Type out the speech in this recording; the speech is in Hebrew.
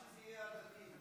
רק שזה יהיה הדדי.